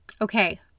Okay